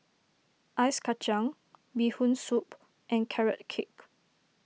Ice Kacang Bee Hoon Soup and Carrot Cake